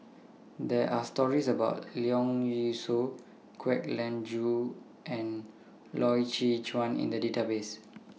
There Are stories about Leong Yee Soo Kwek Leng Joo and Loy Chye Chuan in The databases